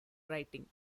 writing